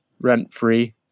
rent-free